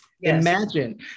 Imagine